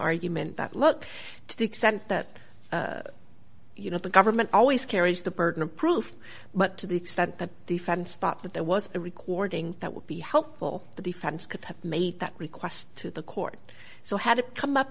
argument that look to the extent that you know the government always carries the burden of proof but to the extent that the fans thought that there was a recording that would be helpful the defense could have made that request to the court so had to come up